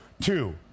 two